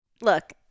Look